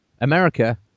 America